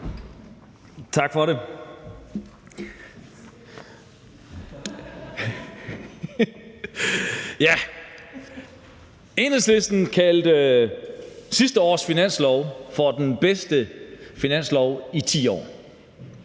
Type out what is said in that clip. Tak for det. Enhedslisten kaldte sidste års finanslov for den bedste finanslov i 10 år,